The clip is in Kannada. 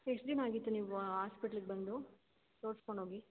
ಎಷ್ಟು ದಿನ ಆಗಿತ್ತು ನೀವು ಆಸ್ಪೆಟ್ಲಿಗೆ ಬಂದು ತೋರ್ಸ್ಕೊಂಡು ಹೋಗಿ